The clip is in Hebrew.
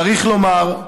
צריך לומר,